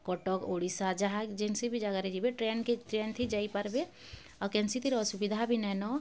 କଟକ ଓଡ଼ିଶା ଯାହା ଯେନ୍ସି ବି ଜାଗାରେ ଯିବେ ଟ୍ରେନ୍ରେ ଟ୍ରେନ୍ଥି ଯାଇପାରିବେ ଆଉ କେନ୍ସିଥିରେ ଅସୁବିଧା ବି ନାଇଁନ